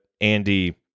Andy